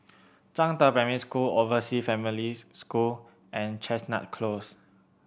Zhangde Primary School Oversea Families School and Chestnut Close